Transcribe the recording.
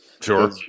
Sure